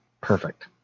perfect